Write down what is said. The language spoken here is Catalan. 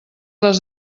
les